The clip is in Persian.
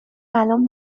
الان